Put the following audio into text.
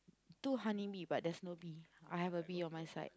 two honey bee but there's no bee I have a bee on my side